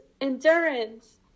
endurance